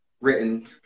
written